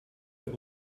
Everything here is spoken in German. der